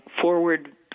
forward